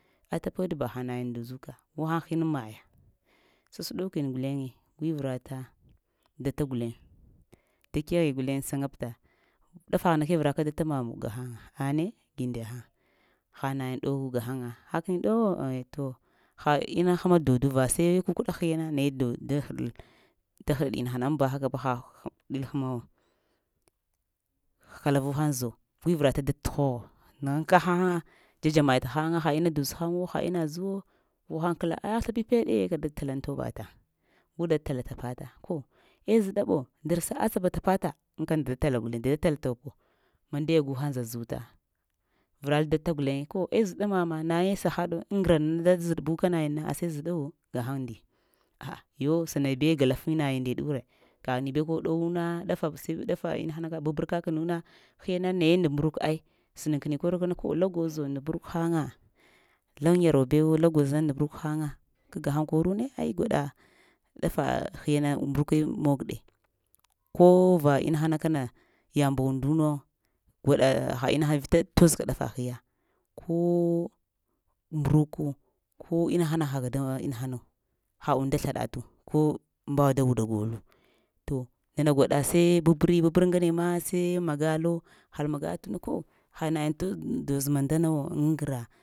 A tapa weɗ ba, ha nayiŋ dozu ka, guhəŋ hin aŋ maya, sasəɗokin guleŋe, gui vərata data guleŋ, da keghi guleŋ saŋabta dafaghna ke vəraka data mamo gahaŋ ow ane gi ndahəŋ ha dnayiŋ ɗowu gaghaya hakəni ɗowo? Ai to ha in həma dod va sai kukəɗa hiyana naye dod-da da həɗi inahana aŋ ba haka ba həm ɗil həmawo kalavuhən zoo gui vərata data tə hogho nəgh kegh həŋa dza-dza may tahaya, ha inna doz haŋwo, ha inna zəwo, gu hən kəla ah slapi peɗe ka dada tala aŋ toba təŋ gudada tala tapata ko eh zəɗa ɓo, dara-asaba tapa ta, aŋ kə dada tala guleŋ, gu dada tala topo, mandaya guhaŋ zazuta vəral data guleŋ ko eh zəɗa mama, naye sa ha aŋ grana da zəɗ-bu ka nayin na ashe zəɗo gaheŋ ndi a'a sənabew glaɗaf nayin nda neɗure, kaghini bee kol dowuna dafa-bə-dafa inahana baber kanuna hiyana naye nda inbruk ai sənaŋ kəni kork ko la awozo nda mbruk həŋa lay yarwa bew ɗowo la gwozna nda mbruk həŋa kagheŋ korone ai gwaɗa dafa hiyana mbruke mog-ɗe ko va inahana kana yaŋ'b unnduna gwaɗa ha inaha vita tozə ka ɗafa hiya ko mburuku ko inahana haka da ma inahanu ha und da slaɗatu ko mbawa da wudda golo, to nana gwaɗa sai babəri, babew ŋgane ma sai magalo hal magatuna ko hə nayiŋ toz doz mandanawo aŋgra.